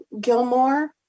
Gilmore